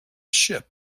ship